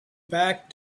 back